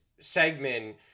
segment